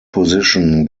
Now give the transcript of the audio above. position